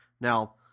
Now